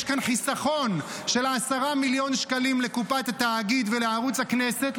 יש כאן חיסכון של 10 מיליון שקלים לקופת התאגיד ולערוץ הכנסת,